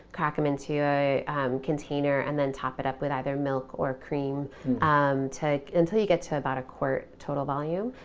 crack them into a container and top it up with either milk or cream um to until you get to about a quart total volume.